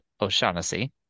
O'Shaughnessy